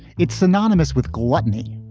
it's synonymous with gluttony.